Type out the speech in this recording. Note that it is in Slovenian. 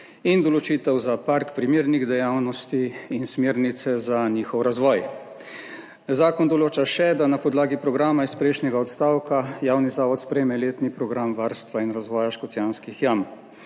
in določitev za park primernih dejavnosti in smernice za njihov razvoj. Zakon določa še, da na podlagi programa iz prejšnjega odstavka javni zavod sprejme letni program varstva in razvoja Škocjanskih jam.